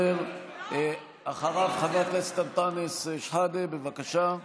אחריו, אנטאנס שחאדה, בבקשה.